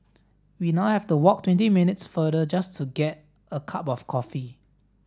we now have to walk twenty minutes farther just to get a cup of coffee